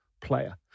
player